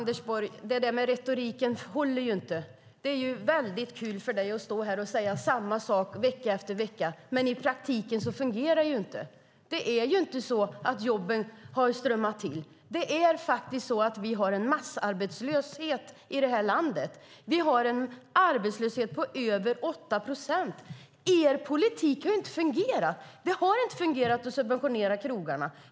Herr talman! Retoriken håller inte, Anders Borg. Det är väldigt kul för dig att stå här och säga samma sak vecka efter vecka, men i praktiken fungerar det inte. Jobben har inte strömmat till. Vi har en massarbetslöshet i det här landet. Vi har en arbetslöshet på över 8 procent. Er politik har inte fungerat. Det har inte fungerat att subventionera krogarna.